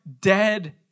dead